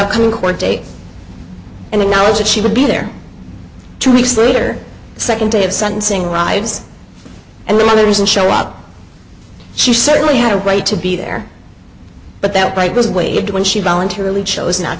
upcoming court date and the knowledge that she would be there two weeks later the second day of sentencing rides and the reason to show up she certainly had a right to be there but that right was waived when she voluntarily chose not